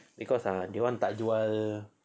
because ah dorang tak jual